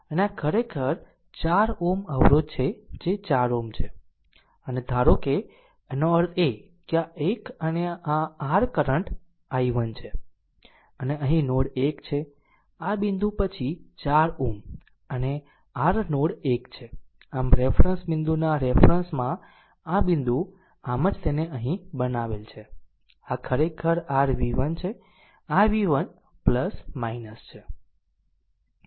અને આ ખરેખર 4 Ω અવરોધ છે જે 4 Ω છે આનો અર્થ એ કે આ એક અને આ r કરંટ i1 છે અને અહીં આ નોડ 1 છે આ બિંદુ પછી 4Ω આ r નોડ 1 છે આમ રેફરન્સ બિંદુના રેફરન્સ માં આ બિંદુ આમ જ તેને અહીંથી બનાવેલ છે આ ખરેખર r v1 છે આ v1 છે